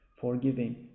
forgiving